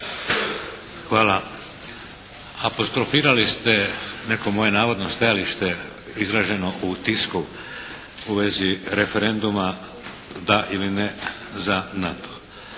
Hvala. Apostrofirali ste neko moje navodno stajalište izraženo u tisku u vezi referenduma "DA ili NE za NATO".